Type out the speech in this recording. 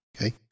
okay